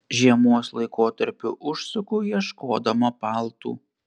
žiemos laikotarpiu užsuku ieškodama paltų